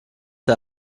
der